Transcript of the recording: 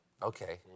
Okay